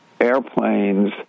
airplanes